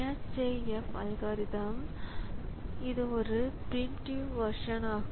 SJF அல்காரிதம்algorithm preemptive version ஆகும்